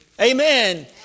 Amen